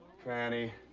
fanny,